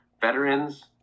veterans